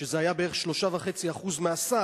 שזה היה בערך 3.5% מהסל,